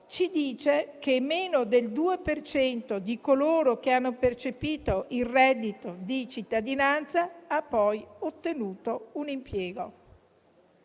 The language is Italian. ci dice che meno del 2 per cento di coloro che hanno percepito il reddito di cittadinanza ha poi ottenuto un impiego